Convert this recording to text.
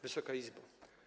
Wysoka Izbo!